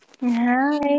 Hi